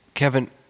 Kevin